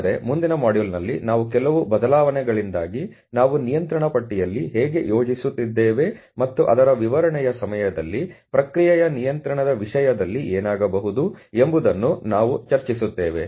ಆದರೆ ಮುಂದಿನ ಮಾಡ್ಯೂಲ್ನಲ್ಲಿ ನಾವು ಕೆಲವು ಬದಲಾವಣೆಗಳಿಂದಾಗಿ ನಾವು ನಿಯಂತ್ರಣ ಪಟ್ಟಿಯಲ್ಲಿ ಹೇಗೆ ಯೋಜಿಸುತ್ತಿದ್ದೇವೆ ಮತ್ತು ಅದರ ವಿವರಣೆಯ ಸಮಯದಲ್ಲಿ ಪ್ರಕ್ರಿಯೆಯ ನಿಯಂತ್ರಣದ ವಿಷಯದಲ್ಲಿ ಏನಾಗಬಹುದು ಎಂಬುದನ್ನು ನಾವು ಚರ್ಚಿಸುತ್ತೇವೆ